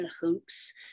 Hoops